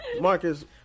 Marcus